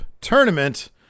tournament